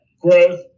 growth